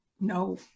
No